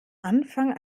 anfang